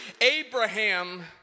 Abraham